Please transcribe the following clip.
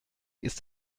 ist